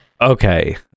Okay